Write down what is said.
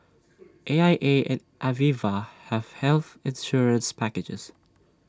A I A and Aviva have health insurance packages